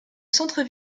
centre